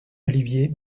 olivier